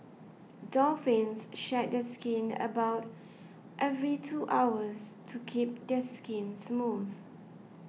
dolphins shed their skin about every two hours to keep their skin smooth